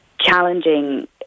challenging